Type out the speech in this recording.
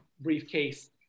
briefcase